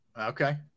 Okay